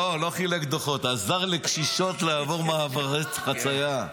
לא חילק דוחות, עזר לקשישות לעבור במעברי חציה.